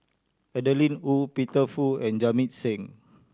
Adeline Ooi Peter Fu and Jamit Singh